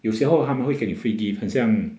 有时候他们会给你 free gift 很像